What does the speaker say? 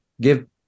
give